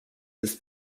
his